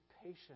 patient